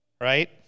right